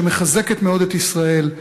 שמחזקת מאוד את ישראל,